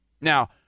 Now